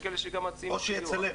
או שיצלם.